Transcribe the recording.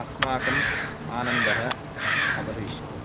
अस्माकं आनन्दः अभविष्यत्